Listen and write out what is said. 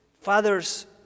Father's